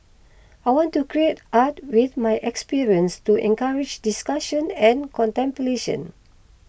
I want to create art with my experience to encourage discussion and contemplation